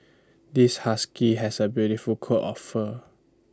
this husky has A beautiful coat of fur